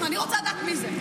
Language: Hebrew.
אני רוצה לדעת מי זה.